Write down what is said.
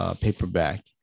paperback